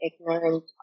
ignorant